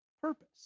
purpose